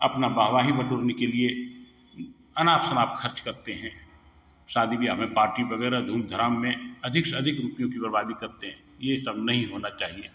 अपना वाहवाही बटोरने के लिए अनाप शनाप खर्च करते हैं शादी ब्याह में पार्टी वगैरह धूम धड़ाम में अधिक से अधिक रुपयों की बर्बादी करते हैं ये सब नहीं होना चाहिए